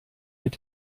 mit